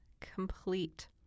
complete